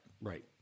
right